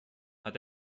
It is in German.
hat